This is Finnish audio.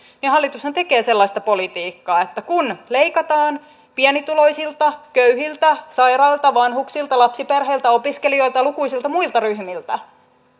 hallitushan tekee sellaista politiikkaa että kun leikataan pienituloisilta köyhiltä sairailta vanhuksilta lapsiperheiltä opiskelijoilta lukuisilta muilta ryhmiltä